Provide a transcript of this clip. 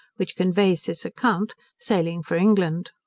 which conveys this account, sailing for england.